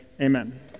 Amen